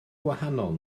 gwahanol